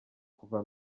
kuva